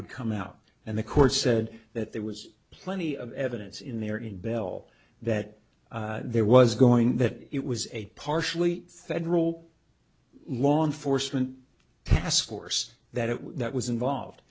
would come out and the court said that there was plenty of evidence in there in bell that there was going that it was a partially federal law enforcement task force that it was that was involved